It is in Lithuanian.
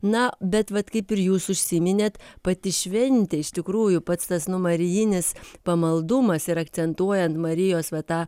na bet vat kaip ir jūs užsiminėt pati šventė iš tikrųjų pats tas nu marijinis pamaldumas ir akcentuojant marijos va tą